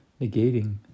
negating